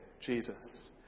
Jesus